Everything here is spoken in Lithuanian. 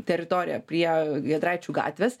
teritorija prie giedraičių gatvės